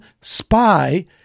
spy